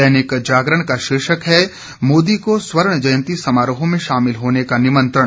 दैनिक जागरण का शीर्षक है मोदी को स्वर्ण जयंती समारोह में शामिल होने का निमंत्रण